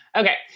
okay